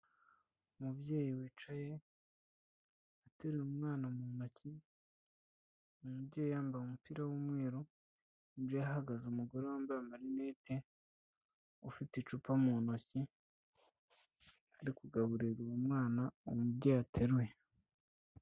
Umubyeyi wicaye ateruye umwana mu ntoki, umubyeyi yambaye umupira w'umweru, imbere ye hahagaze umugore wambaye amarinete, ufite icupa mu ntoki ari kugaburira uwo mwana umubyeyi ateruye.